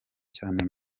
cyane